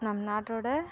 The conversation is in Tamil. நம் நாட்டோட